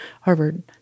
Harvard